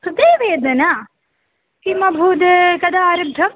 हृदयवेदना किमभूत् कदा आरब्धा